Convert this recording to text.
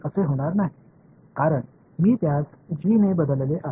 ஏனென்றால் நான் அதை g ஆல் மாற்றியுள்ளேன் இது ஆக இருக்கும்